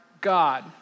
God